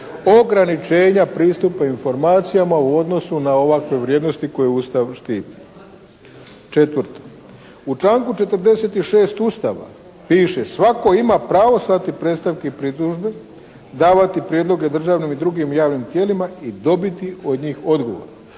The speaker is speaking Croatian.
ograničenja pristupa informacijama u odnosu na ovakve vrijednosti koje Ustav štiti. Četvrto, u članku 46. Ustava piše: "Svako ima pravo slati predstavke i pritužbe, davati prijedloge državnom i drugim javnim tijelima i dobiti od njih odgovor.".